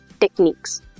techniques